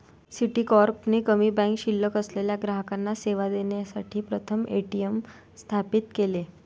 Citicorp ने कमी bank शिल्लक असलेल्या ग्राहकांना सेवा देण्यासाठी प्रथम ए.टी.एम स्थापित केले